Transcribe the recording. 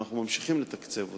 ואנו ממשיכים לתקצב אותו.